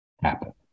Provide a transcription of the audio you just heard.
happen